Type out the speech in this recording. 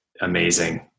amazing